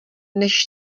než